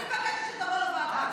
אני מבקשת שתבוא לוועדה.